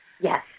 yes